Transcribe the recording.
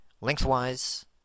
lengthwise